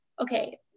okay